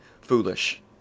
foolish